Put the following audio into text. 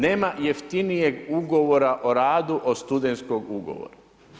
Nema jeftinijeg ugovora o radu od studentskog ugovora.